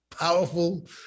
powerful